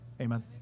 Amen